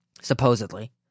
supposedly